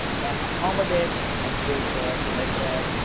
can accommodate temperature, pressure,